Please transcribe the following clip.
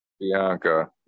Bianca